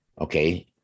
Okay